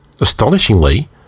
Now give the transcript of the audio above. Astonishingly